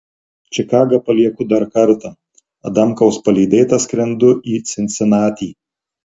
čikagą palieku dar kartą adamkaus palydėta skrendu į cincinatį